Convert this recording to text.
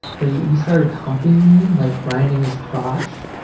but he he started humping me, like grinding his crotch